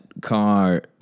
car